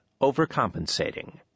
Overcompensating